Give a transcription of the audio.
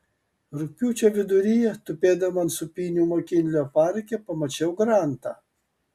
rugpjūčio viduryje tupėdama ant sūpynių makinlio parke pamačiau grantą